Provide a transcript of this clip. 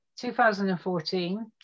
2014